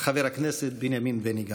חבר הכנסת בנימין בני גנץ,